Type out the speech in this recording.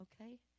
Okay